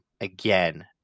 again